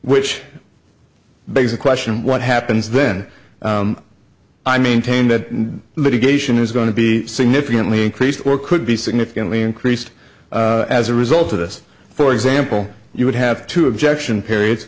which begs the question what happens then i maintain that litigation is going to be significantly increased or could be significantly increased as a result of this for example you would have to objection period